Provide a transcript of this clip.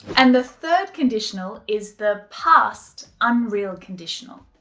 and the third conditional is the past unreal conditional.